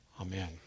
Amen